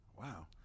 Wow